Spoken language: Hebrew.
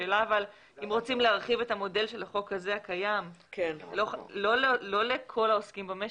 השאלה אם רוצים להרחיב את המודל של החוק הזה הקיים לא לכל העוסקים במשק,